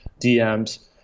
DMs